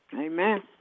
Amen